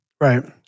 Right